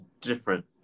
different